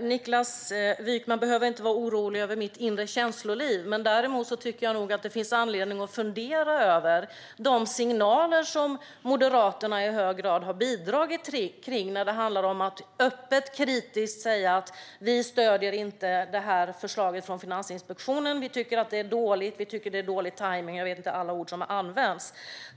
Niklas Wykman behöver inte vara orolig för mitt inre känsloliv. Däremot tycker jag nog att det finns anledning att fundera över de signaler som Moderaterna i hög grad har bidragit med. Det handlar om att öppet kritiskt säga: Vi stöder inte förslaget från Finansinspektionen; vi tycker att det är dåligt och att tajmningen är dålig. Jag vet inte alla ord som har använts.